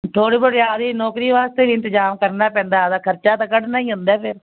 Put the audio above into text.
ਥੋੜ੍ਹੀ ਬਹੁਤ ਆਪਦੀ ਨੌਕਰੀ ਵਾਸਤੇ ਇੰਤਜ਼ਾਮ ਕਰਨਾ ਪੈਂਦਾ ਆਪਦਾ ਖਰਚਾ ਤਾਂ ਕੱਢਣਾ ਹੀ ਹੁੰਦਾ ਫਿਰ